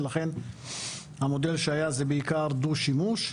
ולכן המודל שהיה זה בעיקר דו-שימוש,